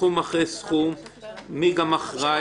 סכום אחרי סכום ומי אחראי.